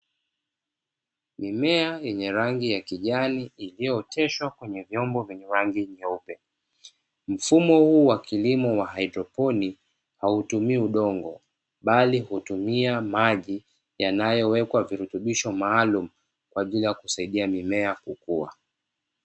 Mimea yenye rangi ya kijani iliyooteshwa kwenye vyombo vyenye rangi nyeupe, mfumo huu wa kilimo cha haidroponi hautumii udongo, bali hutumia maji yanayowekwa virutubisho maalumu kwa ajili ya kusaidia mimea kukua.